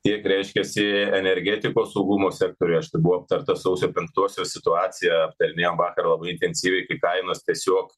tiek reiškiasi energetikos saugumo sektoriuje aš tai buvo aptartas sausio penktosios situacija aptarinėjom vakar labai intensyviai kai kainos tiesiog